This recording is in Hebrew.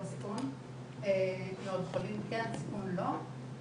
לא סיכון, מאוד חולים כן, סיכון לא.